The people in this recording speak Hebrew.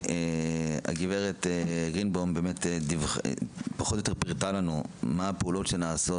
הגברת גרינבאום פירטה לנו פחות או יותר מהן הפעולות שנעשות.